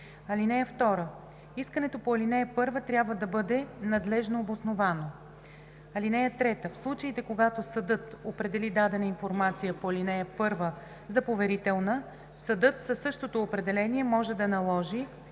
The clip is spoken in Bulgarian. тайна. (2) Искането по ал. 1 трябва да бъде надлежно обосновано. (3) В случаите когато съдът определи дадена информация по ал. 1 за поверителна, съдът със същото определение може да наложи